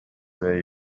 where